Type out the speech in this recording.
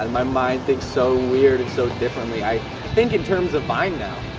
and my mind thinks so weird, and so differently. i think in terms of vine now.